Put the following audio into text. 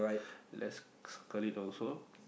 let's circle it also